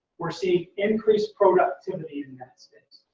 we're seeing increased productivity in that space.